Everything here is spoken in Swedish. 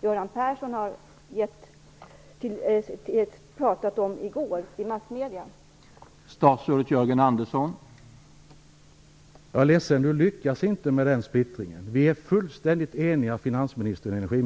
Göran Persson gav uttryck för i massmedierna i går?